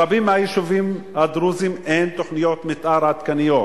ברבים מהיישובים הדרוזיים אין תוכניות מיתאר עדכניות